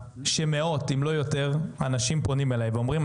שמאות אם לא יותר אנשים פונים אליי ואומרים,